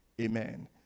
Amen